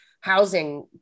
housing